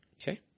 Okay